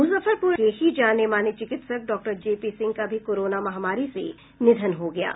मुजफ्फरपुर के ही जाने माने चिकित्सक डॉक्टर जेपी सिंह का भी कोरोना महामारी से निधन हो गया है